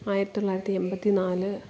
ആയിരത്തി തൊള്ളായിരത്തി എൺപത്തി നാല്